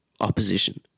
opposition